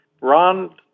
Ron